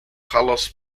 carlos